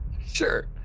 sure